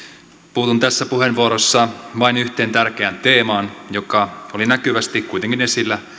puutun tässä puheenvuorossa vain yhteen tärkeään teemaan joka oli näkyvästi kuitenkin esillä